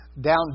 down